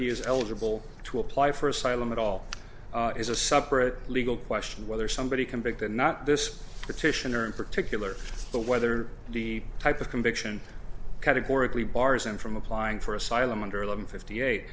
he is eligible to apply for asylum at all is a separate legal question whether somebody convicted or not this petitioner in particular the whether the type of conviction categorically barzan from applying for asylum under eleven fifty eight